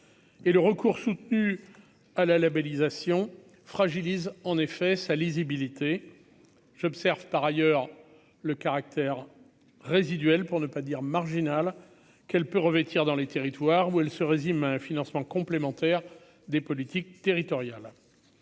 le recours soutenu à la labellisation fragilise en effet sa lisibilité, j'observe par ailleurs le caractère résiduel pour ne pas dire marginal qu'elle peut revêtir dans les territoires où elle se résume à un financement complémentaire des politiques territoriales